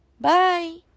Bye